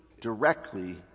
directly